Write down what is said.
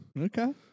Okay